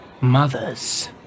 ...mothers